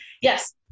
yes